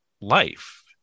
life